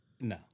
No